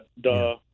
duh